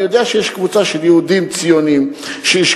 אני יודע שיש קבוצה של יהודים ציונים שהשקיעו